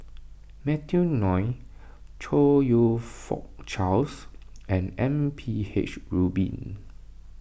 Matthew Ngui Chong You Fook Charles and M P H Rubin